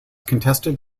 contested